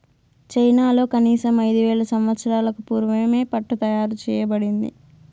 చైనాలో కనీసం ఐదు వేల సంవత్సరాలకు పూర్వమే పట్టు తయారు చేయబడింది